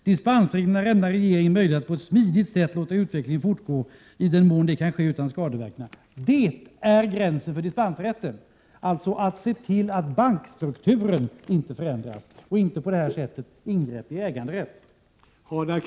Dispensreglerna lämnar regeringen möjlighet att på ett smidigt sätt låta utvecklingen fortgå i den mån det kan ske utan skadeverkningar.” Det är gränsen för dispensrätten — att se till att bankstrukturen inte förändras. Avsikten är inte, som här sker, att det skall göras ingrepp i äganderätten.